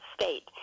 state